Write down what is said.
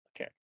Okay